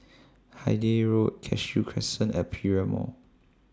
Hythe Road Cashew Crescent Aperia Mall